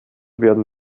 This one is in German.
werden